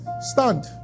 stand